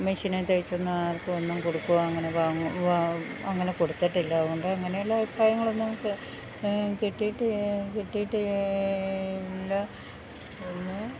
മെഷീനിൽ തയിച്ചൊന്നു ആർക്കും ഒന്നും കൊടുക്കുവോ അങ്ങനെ താ ങ് വാ അങ്ങനെ കൊടുത്തിട്ടില്ല അതുകൊണ്ട് അങ്ങനെയുള്ള അഭിപ്രായങ്ങളൊന്നും കിട്ടിയിട്ട് കിട്ടിയിട്ട് ഇല്ല ഒന്ന്